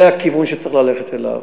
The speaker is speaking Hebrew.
זה הכיוון שצריך ללכת אליו.